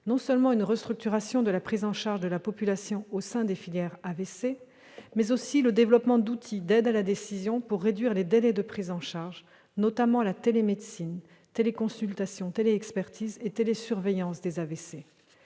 non seulement une restructuration de la prise en charge de la population au sein de filières AVC, mais aussi le développement d'outils d'aide à la décision pour réduire les délais de prise en charge. Je pense notamment à la télémédecine, avec la téléconsultation, la téléexpertise et la télésurveillance des AVC.